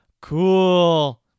Cool